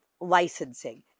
licensing